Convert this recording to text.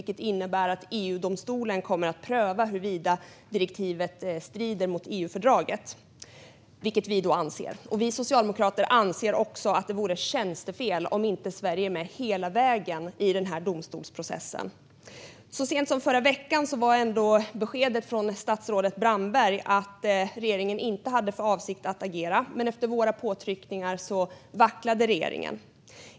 Det innebär att EU-domstolen kommer att pröva huruvida direktivet strider mot EU-fördraget, vilket vi alltså anser att det gör. Vi socialdemokrater anser också att det vore tjänstefel om Sverige inte var med hela vägen i den här domstolsprocessen. Så sent som i förra veckan var beskedet från statsrådet Brandberg att regeringen inte hade för avsikt att agera, men efter våra påtryckningar vacklade regeringen.